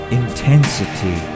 intensity